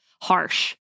harsh